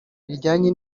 rijyanye